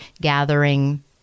gathering